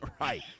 Right